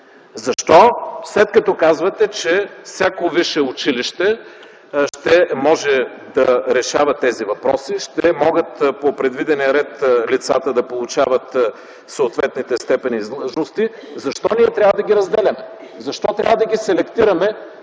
Защо, след като казвате, че всяко висше училище ще може да решава тези въпроси, ще могат по предвидения ред лицата да получават съответните степени и длъжности, защо ние трябва да ги разделяме? Защо трябва да селектираме